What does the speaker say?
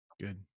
good